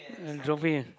trophy